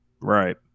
Right